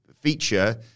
feature